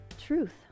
truth